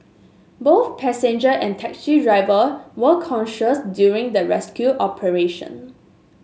both passenger and taxi driver were conscious during the rescue operation